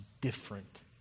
different